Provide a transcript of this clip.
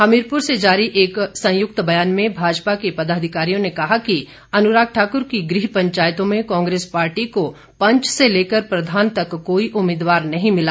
हमीरपुर से जारी एक संयुक्त बयान में भाजपा के पदाधिकारियों ने कहा कि अनुराग ठाक्र की गृह पंचायतों में कांग्रेस पार्टी को पंच से लेकर प्रधान तक कोई उम्मीदवार नहीं मिला